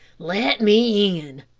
let me in,